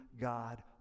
God